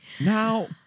Now